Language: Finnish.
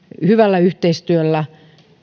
hyvällä yhteistyöllä